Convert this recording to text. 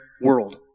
world